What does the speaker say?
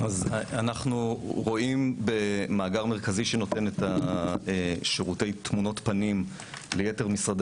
אנחנו רואים במאגר מרכזי שנותן את שירותי תמונות הפנים ליתר משרדי